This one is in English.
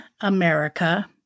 America